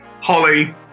Holly